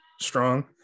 strong